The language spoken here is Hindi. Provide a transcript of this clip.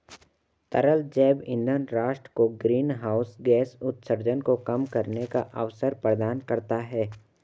तरल जैव ईंधन राष्ट्र को ग्रीनहाउस गैस उत्सर्जन को कम करने का अवसर प्रदान करता है